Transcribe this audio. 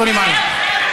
שולי מועלם.